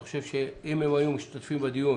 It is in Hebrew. אני חושב שאם הם היו משתתפים בדיון